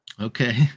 okay